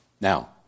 Now